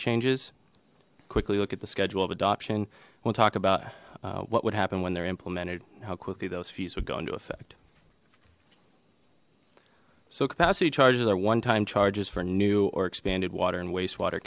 changes quickly look at the schedule of adoption we'll talk about what would happen when they're implemented how quickly those fees would go into effect so capacity charges are one time charges for new or expanded water and wastewater